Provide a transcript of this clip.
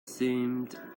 seemed